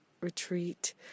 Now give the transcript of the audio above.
retreat